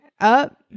up